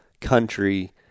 country